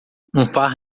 par